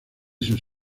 sus